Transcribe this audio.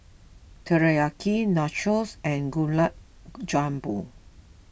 Teriyaki Nachos and Gulab Jamun